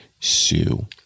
Sue